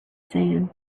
sand